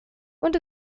und